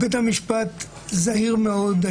בית המשפט זהיר מאוד,